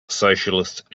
socialist